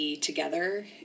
together